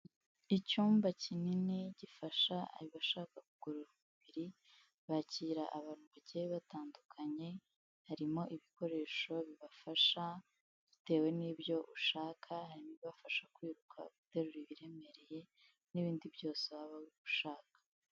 Icyumba kinini gifasha abashaka kugorora umubiri bakira abantu bagiye batandukanye, harimo ibikoresho bibafasha bitewe n'ibyo ushaka, harimo ibibafasha kwiruka, guterura ibiremereye n'ibindi byose waba ushaka.